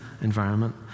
environment